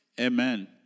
Amen